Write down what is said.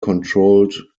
controlled